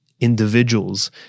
individuals